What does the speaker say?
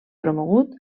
promogut